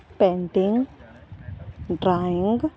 painting drawing